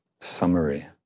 summary